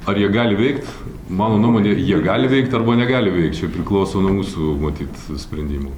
ar jie gali veikt mano nuomone jie gali veikt arba negali veikt čia priklauso nuo mūsų matyt sprendimų